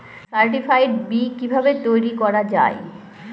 Certified বি কিভাবে তৈরি করা যায়?